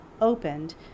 opened